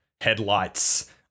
headlights